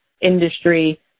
industry